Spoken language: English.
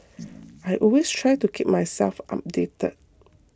I always try to keep myself updated